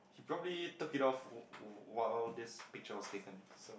she probably took it off whi~ while this picture was taken so